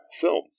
film